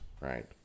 right